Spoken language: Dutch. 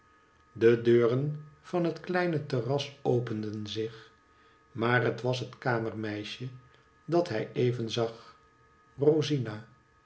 de deuren van het kleine terras openden zich maar het was het kamermeisje dat hij even zag rosina